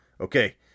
Okay